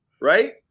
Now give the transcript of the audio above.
right